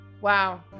Wow